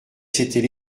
s’était